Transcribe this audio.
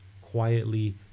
quietly